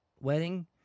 wedding